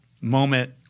moment